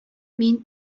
мин